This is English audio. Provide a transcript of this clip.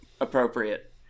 appropriate